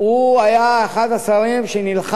הוא היה אחד השרים שנלחם